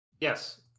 Yes